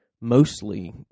mostly